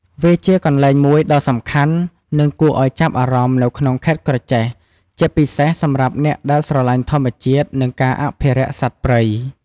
វាជាកន្លែងមួយដ៏សំខាន់ និងគួរឱ្យចាប់អារម្មណ៍នៅក្នុងខេត្តក្រចេះ ជាពិសេសសម្រាប់អ្នកដែលស្រឡាញ់ធម្មជាតិ និងការអភិរក្សសត្វព្រៃ ។